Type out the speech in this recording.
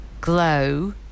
glow